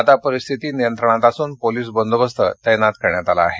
आता परिस्थिती नियंत्रणातअसून पोलिस बंदोबस्त तप्तित करण्यात आला आहे